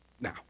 Now